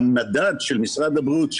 המדד של משרד הבריאות,